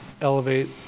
elevate